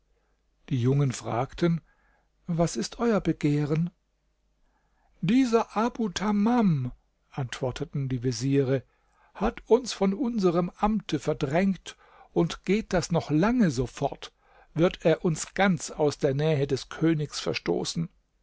die jungen fragten was ist euer begehren dieser abu tamam antworteten die veziere hat uns von unserm amte verdrängt und geht das noch lange so fort wird er uns ganz aus der nähe des königs verstoßen